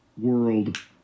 world